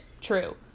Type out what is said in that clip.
true